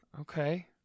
Okay